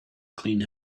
clean